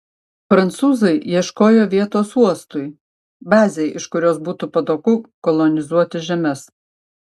prancūzai ieškojo vietos uostui bazei iš kurios būtų patogu kolonizuoti žemes